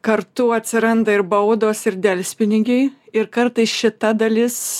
kartu atsiranda ir baudos ir delspinigiai ir kartais šita dalis